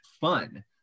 fun